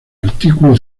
artículo